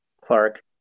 Clark